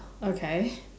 okay